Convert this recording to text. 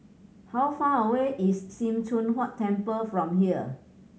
how far away is Sim Choon Huat Temple from here